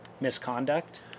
misconduct